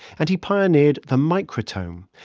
and he pioneered the microtome,